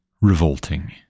revolting